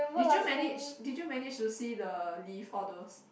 did you manage did you manage to see the lift all those